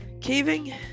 Caving